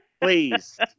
Please